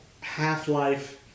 Half-Life